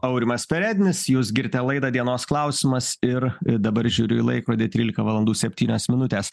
aurimas perednis jūs girdite laidą dienos klausimas ir dabar žiūriu į laikrodį trylika valandų septynios minutės